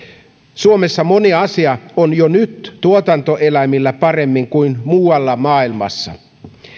suomessa moni asia on jo nyt tuotantoeläimillä paremmin kuin muualla maailmassa